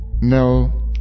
No